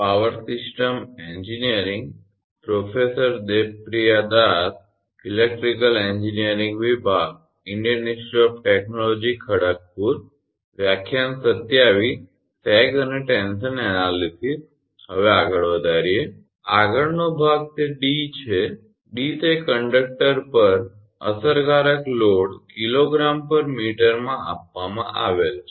આગળનો ભાગ તે dડી છે d તે કંડક્ટર પર અસરકારક લોડ 𝐾𝑔 𝑚 માં આપવામાં આવેલ છે